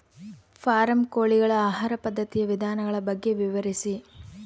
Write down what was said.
Form ಕೋಳಿಗಳ ಆಹಾರ ಪದ್ಧತಿಯ ವಿಧಾನಗಳ ಬಗ್ಗೆ ವಿವರಿಸಿ?